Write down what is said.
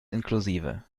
inklusive